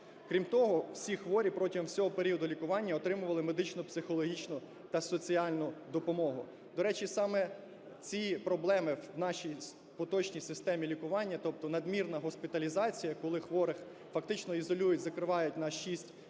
Крім того, всі хворі протягом всього періоду лікування отримували медичну психологічну та соціальну допомогу. До речі, саме ці проблеми в нашій поточній системі лікування, тобто надмірна госпіталізація, коли хворих фактично ізолюють, закривають на 6-8